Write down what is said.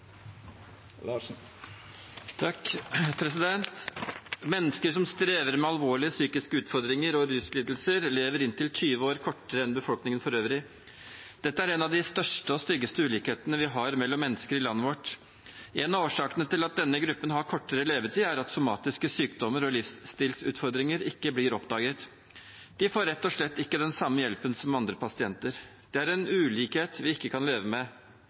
Mennesker som strever med alvorlige psykiske utfordringer og ruslidelser, lever inntil 20 år kortere enn befolkningen for øvrig. Dette er en av de største og styggeste ulikhetene vi har mellom mennesker i landet vårt. En av årsakene til at denne gruppen har kortere levetid, er at somatiske sykdommer og livsstilsutfordringer ikke blir oppdaget. De får rett og slett ikke den samme hjelpen som andre pasienter. Det er en ulikhet vi ikke kan leve med.